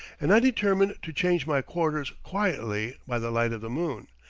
and i determine to change my quarters quietly by the light of the moon,